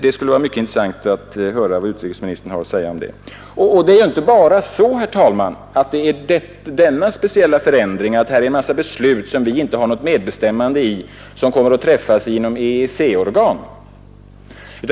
Det skulle vara mycket intressant att höra vad utrikesministern har att säga om det. Men det räcker inte med denna speciella förändring, att det inom EEC-organ kommer att fattas en mängd beslut som vi inte har något medbestämmande i.